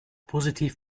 positiv